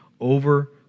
over